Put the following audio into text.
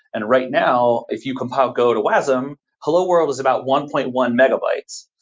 and right now, if you compile go to wasm, hello world is about one point one megabytes.